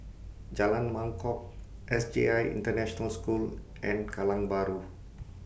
Jalan Mangkok S J I International School and Kallang Bahru